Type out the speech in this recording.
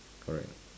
correct or not